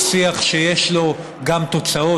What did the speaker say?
הוא שיח שיש לו גם תוצאות.